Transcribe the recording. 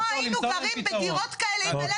לא היינו גרים בדירות כאלה אם היתה לנו